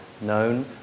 known